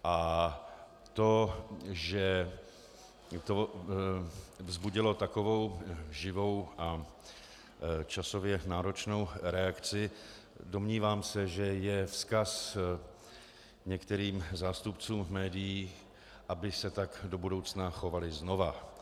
A to, že to vzbudilo takovou živou a časově náročnou reakci, domnívám se, že je vzkaz některým zástupcům médií, aby se tak do budoucna chovali znova.